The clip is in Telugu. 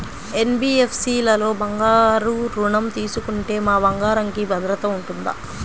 ఎన్.బీ.ఎఫ్.సి లలో బంగారు ఋణం తీసుకుంటే మా బంగారంకి భద్రత ఉంటుందా?